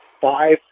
five